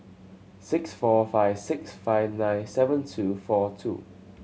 six four five six five nine seven two four two